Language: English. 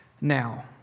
now